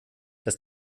dass